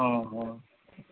हॅं हॅं